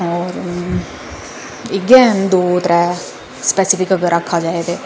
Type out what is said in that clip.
इ'यै न दो त्रै स्पैसिफिक अगर आखै दे हे ते